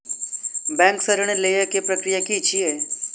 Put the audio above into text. Bank सऽ ऋण लेय केँ प्रक्रिया की छीयै?